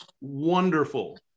wonderful